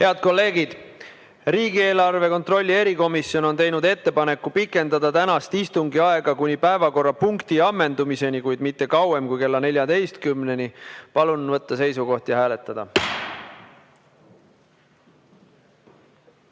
kolleegid, riigieelarve kontrolli erikomisjon on teinud ettepaneku pikendada tänase istungi aega kuni päevakorrapunkti ammendumiseni, kuid mitte kauem kui kella 14-ni. Palun võtta seisukoht ja hääletada!